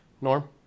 Norm